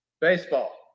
baseball